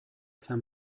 san